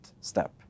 step